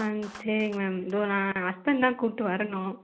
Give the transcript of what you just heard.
ஆ சரி மேம் இதோ நான் ஹஸ்பண்ட் தான் கூட்டி வரணும்